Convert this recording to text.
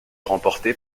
remportée